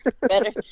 Better